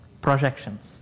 projections